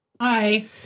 Hi